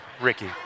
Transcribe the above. Ricky